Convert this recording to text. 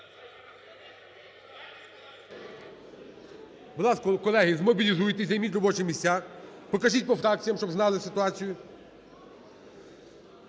Будь ласка, колеги, змобілізуйтесь, займіть робочі місця, покажіть по фракціям, щоб знали ситуацію.